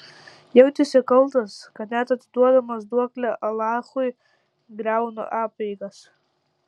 jautėsi kaltas kad net atiduodamas duoklę alachui griauna apeigas